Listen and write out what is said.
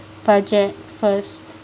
project first